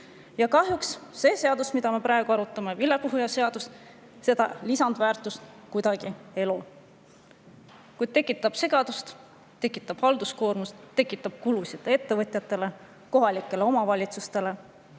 Kahjuks see seadus, mida me praegu arutame, vilepuhuja seadus, mingit lisandväärtust ei loo, kuid see tekitab segadust, tekitab halduskoormust, tekitab kulusid ettevõtjatele, kohalikele omavalitsustele.